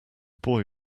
boy